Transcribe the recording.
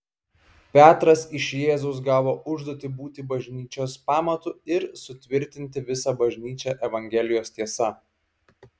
petras iš jėzaus gavo užduotį būti bažnyčios pamatu ir sutvirtinti visą bažnyčią evangelijos tiesa